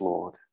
Lord